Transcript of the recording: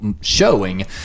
showing